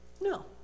No